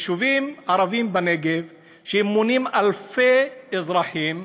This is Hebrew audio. יישובים ערביים בנגב המונים אלפי אזרחים,